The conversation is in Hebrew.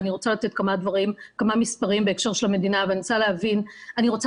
ואני רוצה לתת כמה מספרים של המדינה ולהבהיר באמצעות